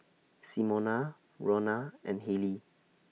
Simona Ronna and Halie